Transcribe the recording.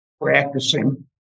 practicing